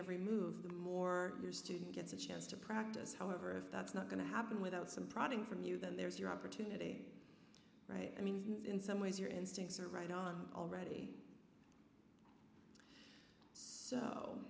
every move the more your student gets a chance to practice however if that's not going to happen without some prodding from you then there's your opportunity right i mean in some ways your instincts are right on already